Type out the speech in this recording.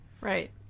Right